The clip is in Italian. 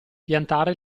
piantare